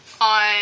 on